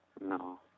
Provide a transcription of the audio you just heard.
No